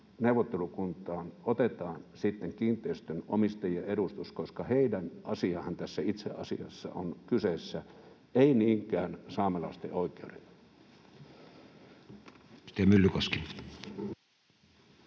neuvottelukuntaan otetaan sitten kiinteistönomistajien edustus, koska heidän asiansahan tässä itse asiassa on kyseessä, eivät niinkään saamelaisten oikeudet.